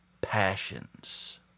passions